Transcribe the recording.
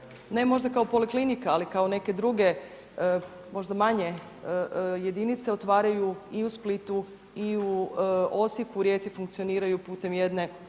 ne možda kao poliklinika ali kao neke druge možda manje jedinice otvaraju i u Splitu i u Osijeku, Rijeci funkcioniraju putem jedne